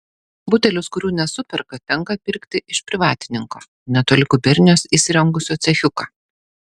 butelius kurių nesuperka tenka pirkti iš privatininko netoli gubernijos įsirengusio cechiuką